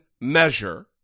measure